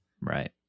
right